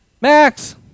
Max